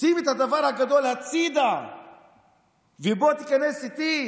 שים את הדבר הגדול בצד ובוא תיכנס איתי.